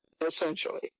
essentially